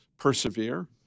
Persevere